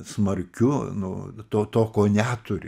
smarkiu nu to to ko neturi